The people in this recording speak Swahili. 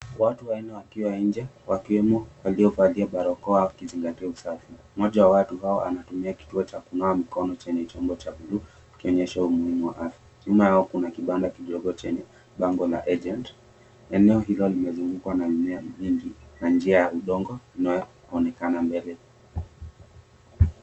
Watu wanne wakiwa nje, wakiwemo waliovalia barakoa wakizingatia usafi. Mmoja wa watu hao anatumia kituo cha kunawa mkono chenye chombo cha buluu. Akionyesha umuhimu wa afya. Nyuma yao kuna kibanda kidogo chenye bango la agent . Eneo hilo limezungukwa na mimea mingi, na njia ya udongo inayoonekana mbele.